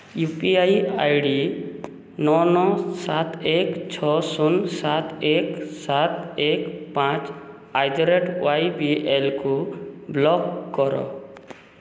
you P I I D ନଅ ନଅ ସାତ ଏକ ଛଅ ଶୂନ ସାତ ଏକ ସାତ ଏକ ପାଞ୍ଚ ଆଟ୍ ଦ ରେଟ୍ ୱାଇବିଏଲ୍କୁ ବ୍ଲକ୍ କର